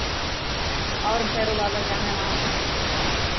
और भैरो बाबा जाना है वहाँ से फिर